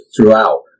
throughout